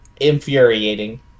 infuriating